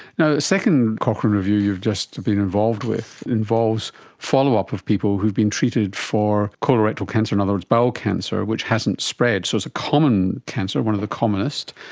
a second cochrane review you've just been involved with involves follow-up of people who have been treated for colorectal cancer, in other words, bowel cancer, which hasn't spread. so it's a common cancer, one of the commonest,